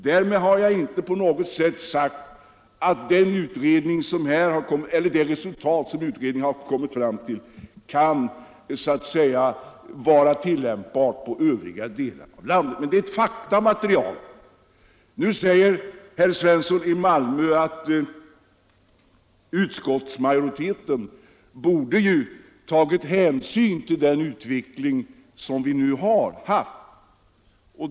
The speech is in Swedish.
Därmed har jag inte sagt att det resultat som utredningen kommit fram till kan vara tillämpbart i övriga delar av landet. Det är ett faktamaterial. Nu säger herr Svensson i Malmö att utskottsmajoriteten borde ha tagit hänsyn till den utveckling som ägt rum.